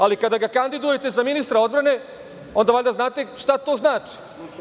Ali kada ga kandidujete za ministra odbrane, onda valjda znate šta to znači.